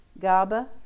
GABA